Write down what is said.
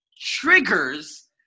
triggers